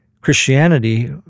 Christianity